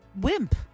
wimp